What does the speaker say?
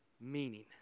meaning